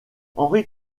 henri